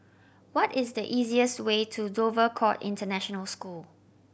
what is the easiest way to Dover Court International School